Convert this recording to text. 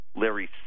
Larry